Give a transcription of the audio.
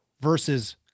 versus